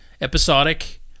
episodic